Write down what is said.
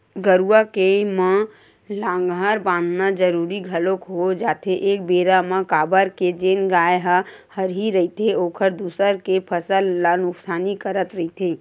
गरुवा के म लांहगर बंधाना जरुरी घलोक हो जाथे एक बेरा म काबर के जेन गाय ह हरही रहिथे ओहर दूसर के फसल ल नुकसानी करत रहिथे